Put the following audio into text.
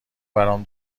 برام